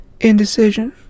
indecision